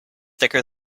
thicker